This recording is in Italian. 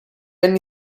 anni